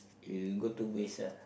it'll go to waste ah